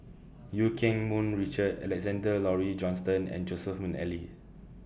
EU Keng Mun Richard Alexander Laurie Johnston and Joseph Mcnally